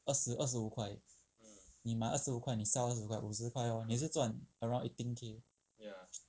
二十二十五块你买二十五块你 sell 二十五块 lor 你也是赚 around eighteen K